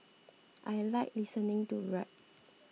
i like listening to rap